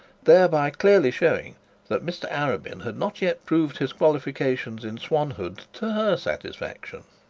thereby clearly showing that mr arabin had not yet proved his qualifications in swanhood to her satisfaction.